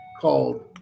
called